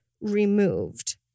removed